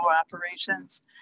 operations